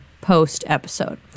post-episode